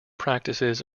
practices